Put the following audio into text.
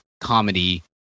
comedy